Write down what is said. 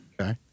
Okay